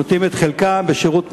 הם נותנים את חלקם בשירות מילואים,